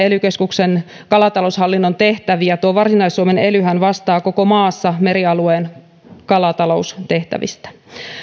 ely keskuksen kalataloushallinnon tehtäviä tuo varsinais suomen elyhän vastaa koko maassa merialueen kalataloustehtävistä